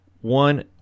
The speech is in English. One